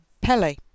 Pele